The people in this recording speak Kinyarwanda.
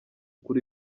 kuri